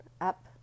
up